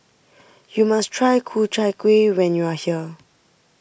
you must try Ku Chai Kueh when you are here